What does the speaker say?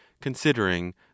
considering